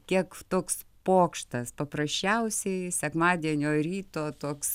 kiek toks pokštas paprasčiausiai sekmadienio ryto toks